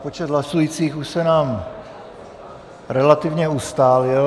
Počet hlasujících už se nám relativně ustálil.